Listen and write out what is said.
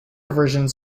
versions